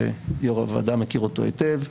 שיושב-ראש הוועדה מכיר אותו היטב,